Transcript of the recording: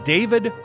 David